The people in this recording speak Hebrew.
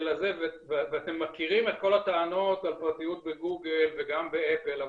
ואתם מכירים את כל הטענות על הפרטיות בגוגל וגם באפל,